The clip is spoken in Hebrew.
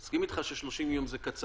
אני מסכים איתך ש-30 יום זה קצר,